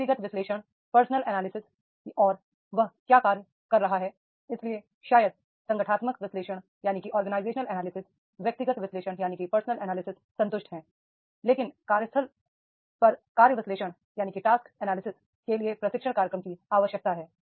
व्यक्ति personal analysis और वह क्या कार्य कर रहा है इसलिए शायद ऑर्गेनाइजेशनल एनालिसिस व्यक्तिगत विश्लेषण संतुष्ट है लेकिन टास्क एनालिसिस के लिए प्रशिक्षण कार्यक्रम की आवश्यकता है